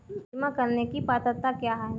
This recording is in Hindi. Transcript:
बीमा करने की पात्रता क्या है?